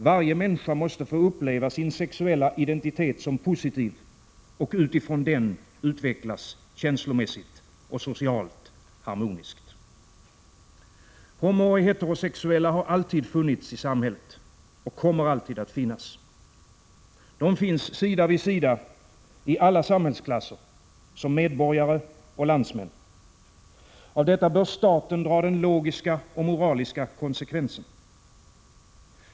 Varje människa måste få uppleva sin sexuella identitet som positiv och utifrån den utvecklas känslomässigt och socialt harmoniskt. Homooch heterosexuella har alltid funnits i samhället och kommer alltid att finnas. De finns sida vid sida i alla samhällsklasser, som medborgare och landsmän. Av detta bör staten dra den logiska och moraliska konsekvensen.